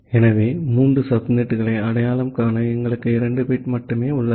எனவே மூன்று சப்நெட்களை அடையாளம் காண எங்களுக்கு 2 பிட் மட்டுமே உள்ளது